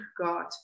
God